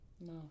No